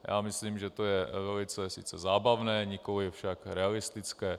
Já myslím, že to je velice sice zábavné, nikoliv však realistické.